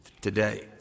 today